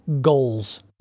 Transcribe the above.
GOALS